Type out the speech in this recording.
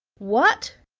what!